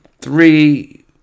three